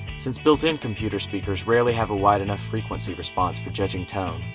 since built-in computer speakers rarely have a wide enough frequency response for judging tone.